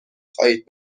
خواهید